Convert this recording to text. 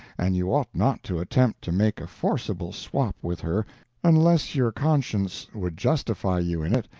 and you ought not to attempt to make a forcible swap with her unless your conscience would justify you in it,